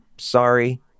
Sorry